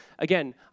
Again